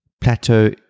plateau